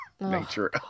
nature